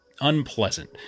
unpleasant